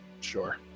sure